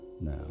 Now